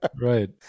right